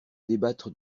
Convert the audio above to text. débattre